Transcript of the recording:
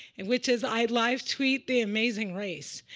and which is i live-tweet the amazing race.